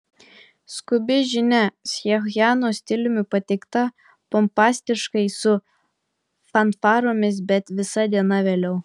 skubi žinia pchenjano stiliumi pateikta pompastiškai su fanfaromis bet visa diena vėliau